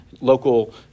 local